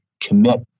commit